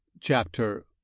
Chapter